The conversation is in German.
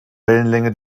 wellenlänge